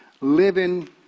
living